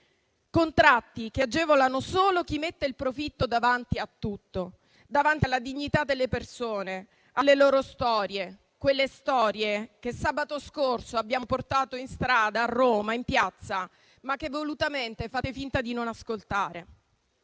Contratti che agevolano solo chi mette il profitto davanti a tutto, davanti alla dignità delle persone, alle loro storie, quelle che sabato scorso abbiamo portato in strada a Roma, in piazza, ma che volutamente fate finta di non ascoltare.